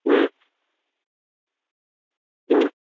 മ്മ് മ്മ്